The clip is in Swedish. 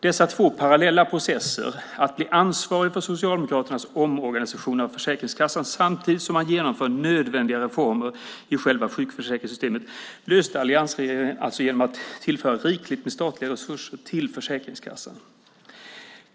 Dessa två parallella processer, att bli ansvarig för Socialdemokraternas omorganisation av Försäkringskassan samtidigt som man genomförde nödvändiga reformer i själva sjukförsäkringssystemet, löste alliansregeringen genom att tillföra rikligt med statliga resurser till Försäkringskassan.